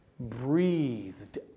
breathed